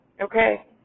okay